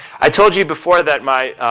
i told you before that my,